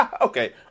Okay